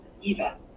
Eva